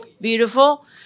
Beautiful